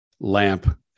LAMP